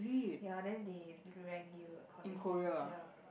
ya then they rank you accordingly ya